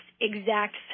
exact